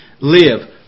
live